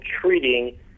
treating